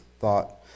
thought